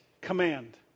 command